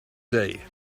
day